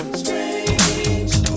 strange